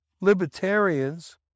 libertarians